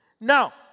Now